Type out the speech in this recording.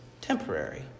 temporary